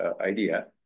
idea